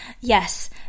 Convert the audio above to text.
yes